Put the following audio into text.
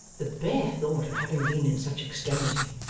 the bare thought of having been in such extremity,